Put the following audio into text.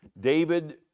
David